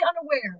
unaware